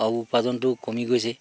আৰু উপাৰ্জনটোও কমি গৈছে